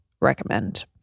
recommend